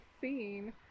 scene